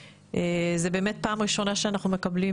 זו באמת הפעם הראשונה שאנחנו מקבלים